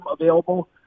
available